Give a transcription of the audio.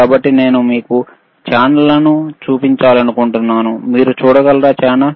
కాబట్టి నేను మీకు ఛానెల్లను చూపించాలనుకుంటున్నాను మీరు చూడగలరా ఛానల్